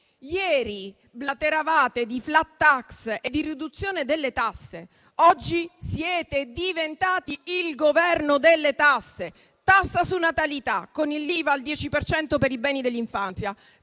Ieri blateravate di flat tax e di riduzione delle tasse: oggi siete diventati il Governo delle tasse, con la tassa su natalità, con l'IVA al 10 per cento per i beni dell'infanzia;